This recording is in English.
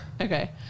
okay